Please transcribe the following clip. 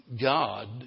God